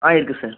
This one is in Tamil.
ஆ இருக்குது சார்